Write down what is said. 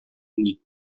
ini